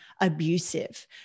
abusive